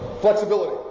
Flexibility